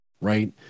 right